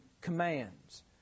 commands